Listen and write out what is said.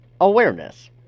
awareness